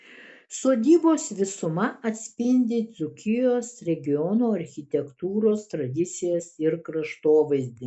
sodybos visuma atspindi dzūkijos regiono architektūros tradicijas ir kraštovaizdį